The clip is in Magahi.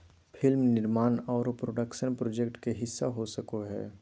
फिल्म निर्माण आरो प्रोडक्शन प्रोजेक्ट के हिस्सा हो सको हय